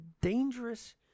dangerous